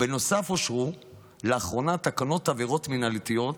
בנוסף, אושרו לאחרונה תקנות עבירות מינהלתיות,